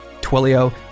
Twilio